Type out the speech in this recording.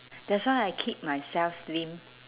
that's why I keep myself slim